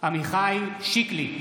עמיחי שיקלי,